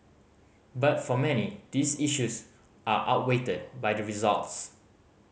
but for many these issues are outweighed by the results